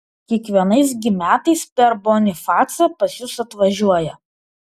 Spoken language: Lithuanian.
kiekvienais gi metais per bonifacą pas jus atvažiuoja